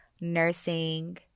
nursing